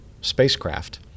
spacecraft